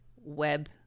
web